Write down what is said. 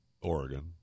Oregon